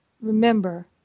Remember